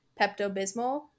pepto-bismol